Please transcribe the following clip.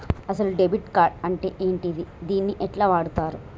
అసలు debit card అంటే ఏంటిది? దీన్ని ఎట్ల వాడుతరు?